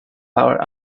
power